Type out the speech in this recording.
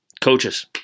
coaches